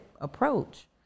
approach